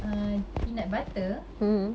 err peanut butter